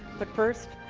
but first,